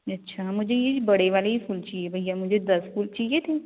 अच्छा मुझे ये बड़े वाले ही फूल चाहिए भैया मुझे दस फूल चाहिए थे